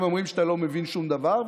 הם אומרים שאתה לא מבין שום דבר,